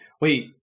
wait